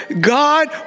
God